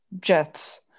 Jets